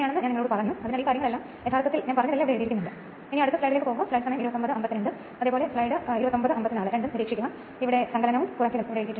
ഞാൻ വീണ്ടും ആവർത്തിക്കുന്നു പരീക്ഷണശാലയിൽ ഇത് കാണുക ഇത് ഉള്ളത് 3 ഫേസ് സ്റ്റേറ്ററാണെന്ന് പറയുന്നതിനുമുമ്പ് ട്രാൻസ്ഫോർമറിൽ ഫ്ലക്സ് സമയം വ്യത്യാസപ്പെട്ടിരുന്നു